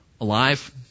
alive